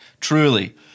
truly